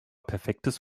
perfektes